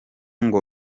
ngo